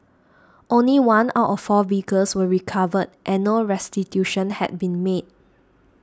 only one out of four vehicles were recovered and no restitution had been made